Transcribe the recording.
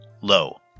low